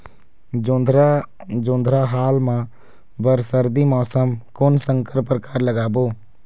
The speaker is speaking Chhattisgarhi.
जोंधरा जोन्धरा हाल मा बर सर्दी मौसम कोन संकर परकार लगाबो?